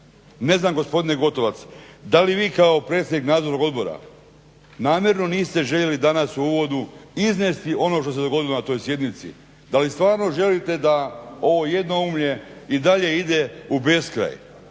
Ne znam gospodine Gotovac da li vi kao predsjednik Nadzornog odbora namjerno niste željeli danas u uvodu iznesti ono što se dogodilo na toj sjednici, da li stvarno želite da ovo jednoumlje i dalje ide u beskraj.